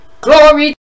Glory